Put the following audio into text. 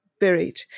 buried